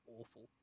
awful